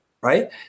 right